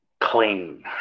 clean